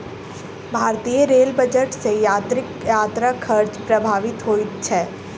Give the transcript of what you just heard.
भारतीय rail budget सॅ यात्रीक यात्रा खर्च प्रभावित होइत छै